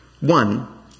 One